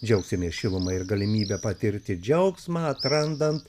džiaugsimės šiluma ir galimybe patirti džiaugsmą atrandant